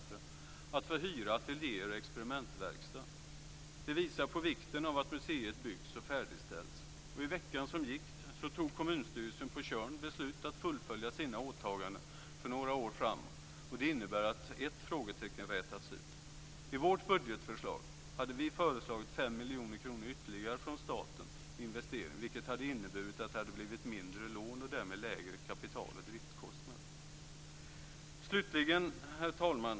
om att få hyra ateljéer och experimentverkstad. Det visar på vikten av att museet byggs och färdigställs. I veckan som gick fattade kommunstyrelsen på Tjörn beslut om att fullfölja sina åtaganden för några år framåt, och det innebär att ett frågetecken rätats ut. I vårt budgetförslag hade vi föreslagit 5 miljoner kronor ytterligare från staten i investering, vilket hade inneburit att det hade blivit mindre lån och därmed lägre kapital och driftkostnad. Herr talman!